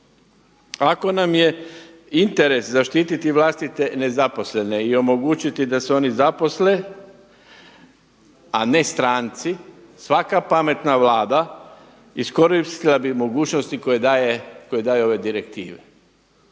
Ako nam je interes zaštititi vlastite nezaposlene i omogućiti da se oni zaposle, a ne stranci, svaka pametna Vlada iskoristila bi mogućnosti koje daje ove direktive.